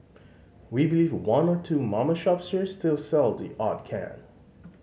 we believe one or two mama shops here still sell the odd can